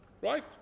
Right